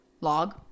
Log